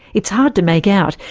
it's hard to make out,